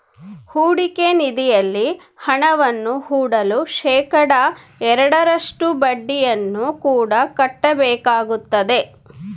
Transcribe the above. ಹೂಡಿಕೆ ನಿಧಿಯಲ್ಲಿ ಹಣವನ್ನು ಹೂಡಲು ಶೇಖಡಾ ಎರಡರಷ್ಟು ಬಡ್ಡಿಯನ್ನು ಕೂಡ ಕಟ್ಟಬೇಕಾಗುತ್ತದೆ